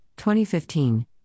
2015